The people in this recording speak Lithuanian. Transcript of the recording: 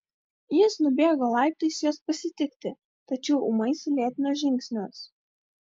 jis nubėgo laiptais jos pasitikti tačiau ūmai sulėtino žingsnius